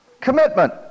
Commitment